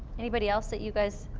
anybody else that you guys?